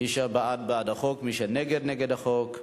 מי שבעד, בעד החוק, מי שנגד, נגד החוק.